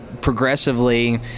progressively